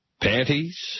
panties